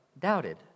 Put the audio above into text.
doubted